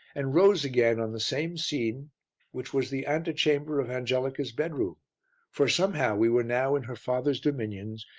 and rose again on the same scene which was the ante-chamber of angelica's bedroom for somehow we were now in her father's dominions,